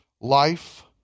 Life